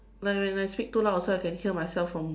when when I speak too loud also I can hear myself from